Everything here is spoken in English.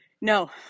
no